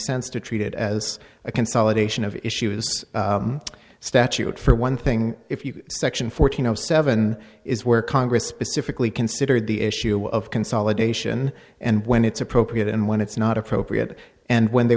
sense to treat it as a consolidation of issues statute for one thing if you section fourteen zero seven is where congress specifically considered the issue of consolidation and when it's appropriate and when it's not appropriate and when they